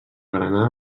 granada